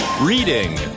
Reading